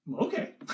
okay